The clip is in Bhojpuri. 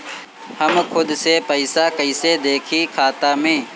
हम खुद से पइसा कईसे देखी खाता में?